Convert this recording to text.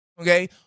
Okay